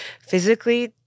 physically